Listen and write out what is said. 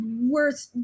worth